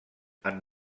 amb